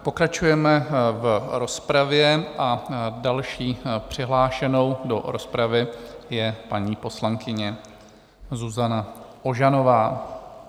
Pokračujeme v rozpravě a další přihlášenou do rozpravy je paní poslankyně Zuzana Ožanová.